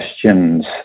questions